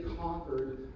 conquered